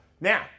Now